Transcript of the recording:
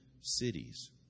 cities